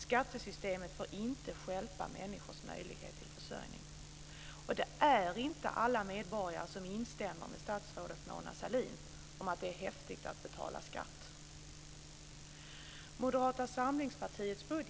Skattesystemet får inte stjälpa människors möjlighet till försörjning. Det är inte alla medborgare som instämmer med statsrådet Mona Sahlin om att det är häftigt att betala skatt.